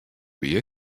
wie